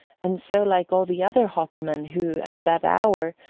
and so like all the other hot men who, at that hour,